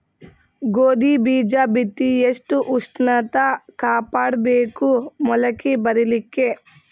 ಗೋಧಿ ಬೀಜ ಬಿತ್ತಿ ಎಷ್ಟ ಉಷ್ಣತ ಕಾಪಾಡ ಬೇಕು ಮೊಲಕಿ ಬರಲಿಕ್ಕೆ?